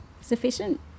sufficient